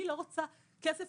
אני לא רוצה כסף,